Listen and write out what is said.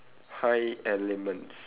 high elements